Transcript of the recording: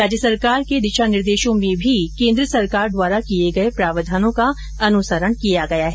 राज्य सरकार की दिशा निर्देशों में भी केन्द्र सरकार द्वारा किये गये प्रावधानों का अनुसरण किया गया है